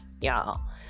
y'all